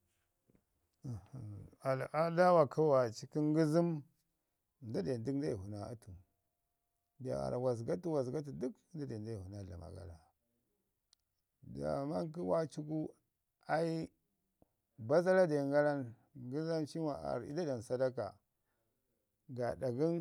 Alaadaa wa kə waaci kə ngəzəm nda de zarr nda ivu naa atu. Be waarra wa zəga tu- wa zəga tu dək nda de nda ivu naa dlama gara. Ndaawa mak kə waaci gu, ai bazara den garan ngəzamcin wa a rrə'i da dlam sadaka gaaɗa gən